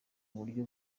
buryo